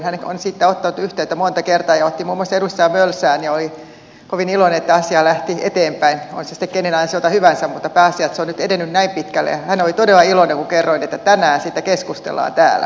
hän on siitä ottanut yhteyttä monta kertaa muun muassa edustaja mölsään ja oli kovin iloinen että asia lähti eteenpäin oli se sitten kenen ansiota hyvänsä pääasia että se on nyt edennyt näin pitkälle ja hän oli todella iloinen kun kerroin että tänään siitä keskustellaan täällä